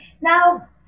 Now